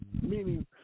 meaning